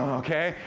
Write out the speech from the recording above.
okay?